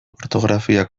ortografia